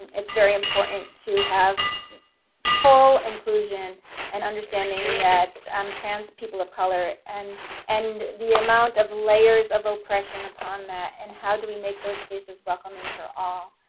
it's very important to have full inclusion and understanding that um trans people of color and and the amount of layers of oppression upon that and how do we make those spaces welcoming for all.